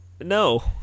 No